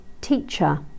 teacher